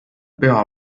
püha